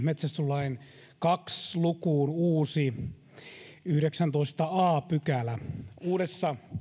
metsästyslain kahteen lukuun uutta yhdeksättätoista a pykälää uudessa